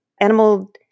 Animal